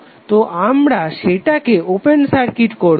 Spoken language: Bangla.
তো আমরা সেটাকে ওপেন সার্কিট করবো